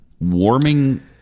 warming